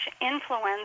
influence